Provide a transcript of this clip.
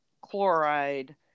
chloride